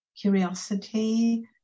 curiosity